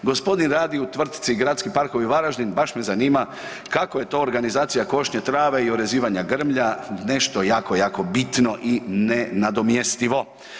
G. radi u tvrtci Gradski parkovi Varaždin, baš me zanima kako je to organizacija košnje trave i orezivanja grmlja nešto jako, jako bitno i nenadomjestivo.